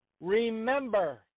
Remember